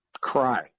cry